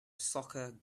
soccer